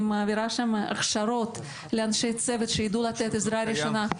אני מעבירה שם הכשרות לאנשי צוות שיידעו לתת עזרה ראשונה.